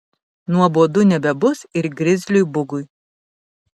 nuobodu nebebus ir grizliui bugui